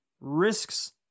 risks